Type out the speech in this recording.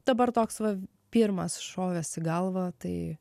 dabar toks va pirmas šovęs į galvą tai